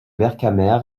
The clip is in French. vercamer